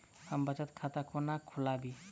हम बचत खाता कोना खोलाबी?